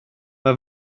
mae